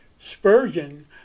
Spurgeon